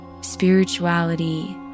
Spirituality